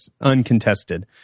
uncontested